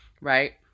right